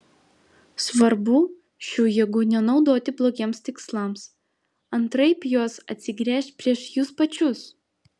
svarbu šių jėgų nenaudoti blogiems tikslams antraip jos atsigręš prieš jus pačius